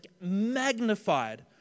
magnified